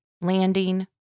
landing